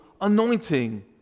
anointing